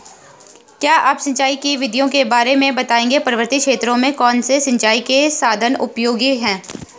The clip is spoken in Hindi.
क्या आप सिंचाई की विधियों के बारे में बताएंगे पर्वतीय क्षेत्रों में कौन से सिंचाई के साधन उपयोगी हैं?